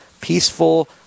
peaceful